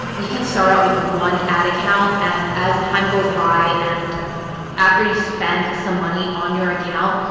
you can start out with one ad account and as time goes by and after you spend some money on your account,